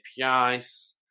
APIs